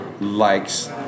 likes